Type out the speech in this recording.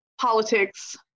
politics